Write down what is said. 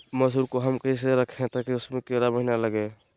मसूर को हम कैसे रखे ताकि उसमे कीड़ा महिना लगे?